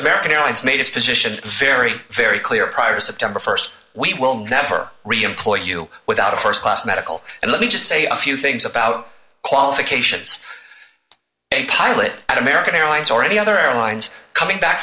american airlines made its position very very clear prior to september st we will never really employ you without a st class medical and let me just say a few things about qualifications a pilot at american airlines or any other airlines coming back